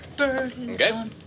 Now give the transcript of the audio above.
Okay